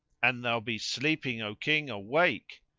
an thou be sleeping, o king, awake!